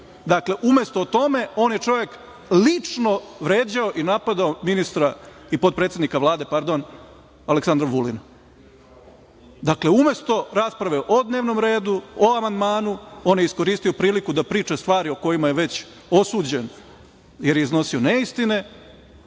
tema. Umesto o tome, on je čovek lično vređao i napadao ministra i potpredsednika Vlade, Aleksandra Vulina. Umesto rasprave o dnevnom redu, o amandmanu, on je iskoristio priliku da priča stvari o kojima je već osuđen, jer je iznosio neistine